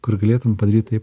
kur galėtum padaryt taip